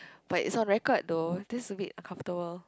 but it's on record though this a bit uncomfortable